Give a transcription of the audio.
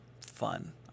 fun